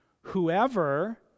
Whoever